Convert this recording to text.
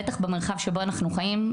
בטח במרחב שבו אנחנו חיים,